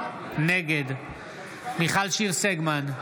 נגד מיכל שיר סגמן,